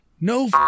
no